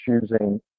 choosing